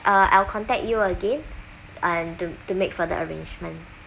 uh I'll contact you again and to to make further arrangements